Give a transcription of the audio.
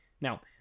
Now